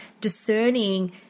discerning